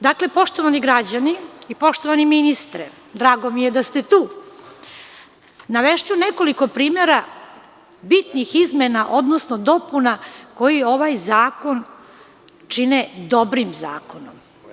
Dakle, poštovani građani i poštovani ministre, drago mi je da ste tu, navešću nekoliko primera bitnih izmena, odnosno dopuna koji ovaj zakon čine dobrim zakonom.